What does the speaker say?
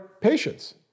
patients